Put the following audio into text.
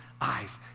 eyes